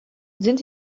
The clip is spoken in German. sind